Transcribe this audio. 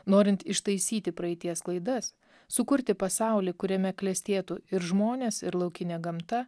norint ištaisyti praeities klaidas sukurti pasaulį kuriame klestėtų ir žmonės ir laukinė gamta